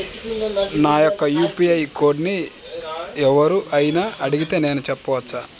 నా యొక్క యూ.పీ.ఐ కోడ్ని ఎవరు అయినా అడిగితే నేను చెప్పవచ్చా?